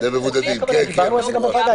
כן, דיברנו על זה גם בוועדה.